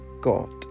God